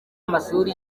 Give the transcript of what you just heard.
amashuri